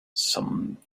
some